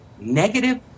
negative